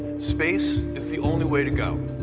space is the only way to go.